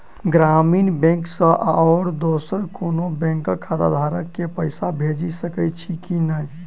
ग्रामीण बैंक सँ आओर दोसर कोनो बैंकक खाताधारक केँ पैसा भेजि सकैत छी की नै?